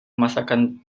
masakan